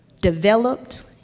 developed